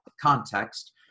context